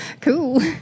Cool